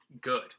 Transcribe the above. good